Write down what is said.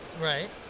Right